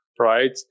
Right